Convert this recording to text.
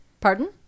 Pardon